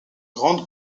grande